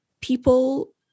people